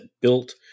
built